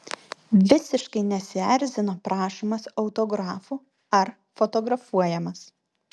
visiškai nesierzino prašomas autografų ar fotografuojamas